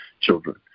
children